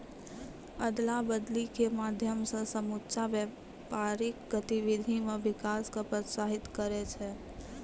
अदला बदली के माध्यम से समुच्चा व्यापारिक गतिविधि मे विकास क प्रोत्साहित करै छै